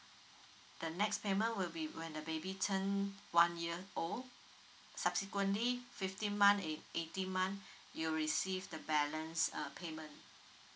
the next payment will be when the baby turn one year old subsequently fifteen month eight eighteen month you'll receive the balance uh payment